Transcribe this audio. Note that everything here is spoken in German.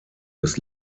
des